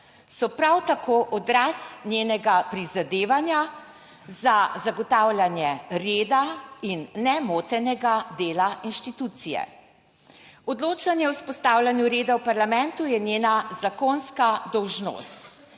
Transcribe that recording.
so prav tako odraz njenega prizadevanja za zagotavljanje reda in nemotenega dela inštitucije. Odločanje o vzpostavljanju reda v parlamentu je njena zakonska dolžnost.